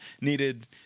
needed